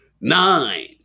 Nine